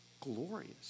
glorious